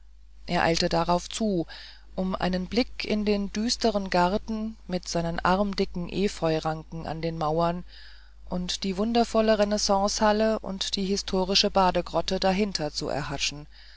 er eilte darauf zu um einen blick in den düsteren garten mit seinen armdicken efeuranken an den mauern und die wundervolle renaissancehalle und die historische badegrotte dahinter zu erhaschen